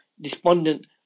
despondent